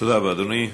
תודה רבה, אדוני.